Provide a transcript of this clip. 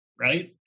Right